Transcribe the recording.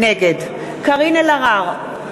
נגד קארין אלהרר,